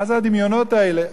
מה זה הדמיונות האלה?